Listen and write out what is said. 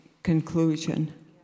conclusion